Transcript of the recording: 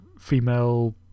female